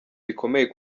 bikomeye